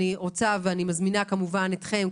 אני כמובן מזמינה אתכם,